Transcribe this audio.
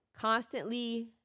Constantly